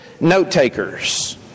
note-takers